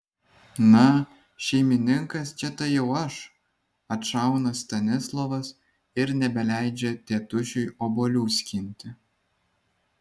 na šeimininkas čia tai jau aš atšauna stanislovas ir nebeleidžia tėtušiui obuolių skinti